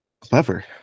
clever